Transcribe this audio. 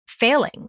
Failing